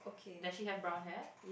does she have brown hair